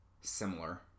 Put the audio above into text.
similar